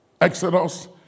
Exodus